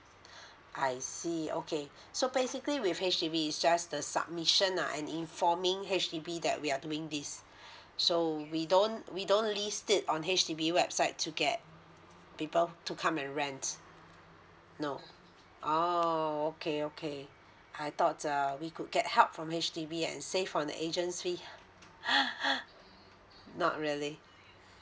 I see okay so basically with H_D_B is just the submission ah and informing H_D_B that we are doing this so we don't we don't list it on H_D_B website to get people to come and rent no oh okay okay I thought err we could get help from H_D_B and save from the agent's fee not really